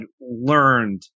learned